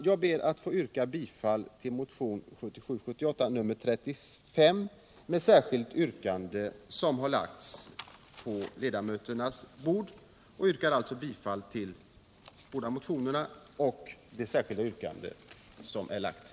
Jag yrkar bifall till det särskilda yrkande som utdelats i kammaren i anslutning till motionen 1977/78:35. Detta yrkande har tidigare redovisats av Alf Lövenborg.